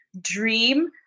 dream